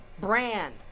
brand